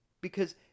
because-